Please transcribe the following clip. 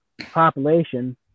population